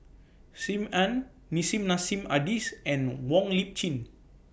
SIM Ann Nissim Nassim Adis and Wong Lip Chin